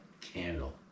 candle